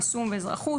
יישום ואזרחות,